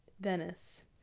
Venice